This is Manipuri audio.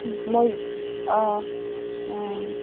ꯃꯣꯏ ꯑꯥ ꯎꯝ